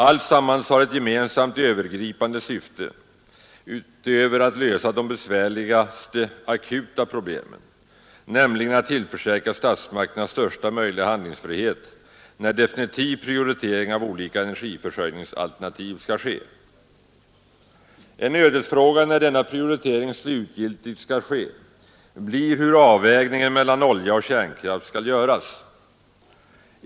Alltsammans har ett gemensamt övergripande syfte utöver att lösa de besvärligaste akuta problemen, nämligen att tillförsäkra statsmakterna största möjliga handlingsfrihet när definitiv prioritering av olika energiförsörjningsalternativ skall ske. En ödesfråga när denna prioritering slutgiltigt skall ske blir hur avvägningen mellan olja och kärnkraft skall göras.